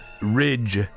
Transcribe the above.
Ridge